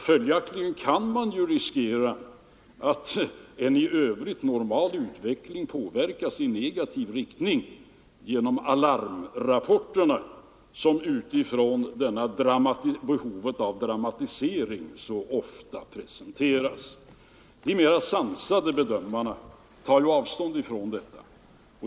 Följaktligen kan man riskera att en i övrigt normal utveckling påverkas i negativ riktning genom de alarmrapporter som utifrån behovet av dramatisering så ofta presenteras. De mera sansade bedömarna tar ju avstånd från detta.